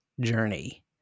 journey